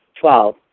Twelve